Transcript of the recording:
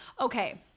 Okay